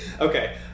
Okay